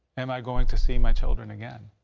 am i going to see my children again.